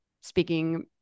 speaking